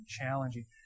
challenging